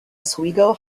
oswego